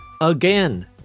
again